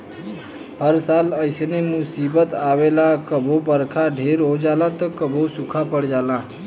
हर साल ऐइसने मुसीबत आवेला कबो बरखा ढेर हो जाला त कबो सूखा पड़ जाला